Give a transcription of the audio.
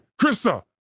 Krista